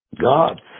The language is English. God